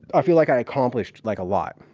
i feel like i accomplished like a lot.